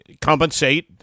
compensate